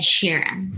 Sheeran